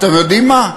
אתם יודעים מה?